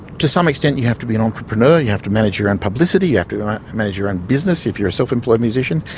to some extent you have to be an entrepreneur you have to manage your own and publicity, you have to manage your own business if you're a self-employed musician.